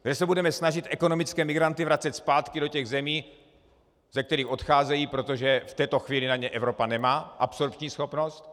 Kde se budeme snažit ekonomické migranty vracet zpátky do zemí, ze kterých odcházejí, protože v této chvíli na ně Evropa nemá absorpční schopnost.